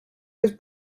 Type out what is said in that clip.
was